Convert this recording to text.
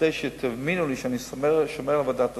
כדי שתאמינו לי שאני שומר על ועדת הסל,